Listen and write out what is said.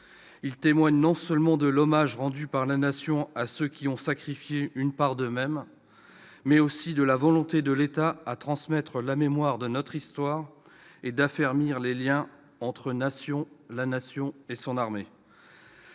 Il témoigne non seulement de l'hommage rendu par la Nation à ceux qui lui ont sacrifié une part d'eux-mêmes, mais aussi de la volonté de l'État de transmettre la mémoire de notre histoire et d'affermir les liens entre la Nation et son armée.